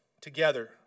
together